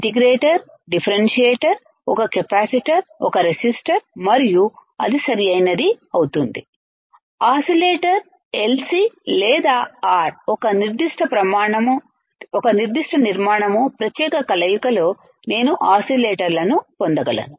integrator differentiator ఒక capacitor ఒక resistor మరియు అది సరైనది అవుతుంది ఆసిలేటర్ LC లేదా R ఒక నిర్దిష్ట నిర్మాణం ప్రత్యేక కలయికలో నేను ఆసిలేటర్లను పొందగలను